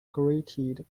granted